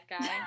guy